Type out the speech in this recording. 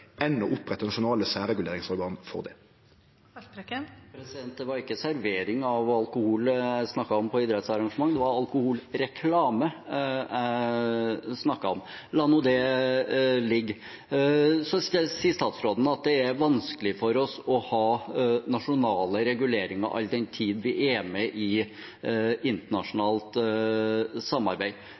opprette nasjonale særreguleringsorgan for det. Det var ikke servering av alkohol på idrettsarrangement jeg snakket om; det var alkoholreklame jeg snakket om. La nå det ligge. Statsråden sier at det er vanskelig for oss å ha nasjonale reguleringer all den tid vi er med i et internasjonalt samarbeid.